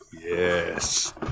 yes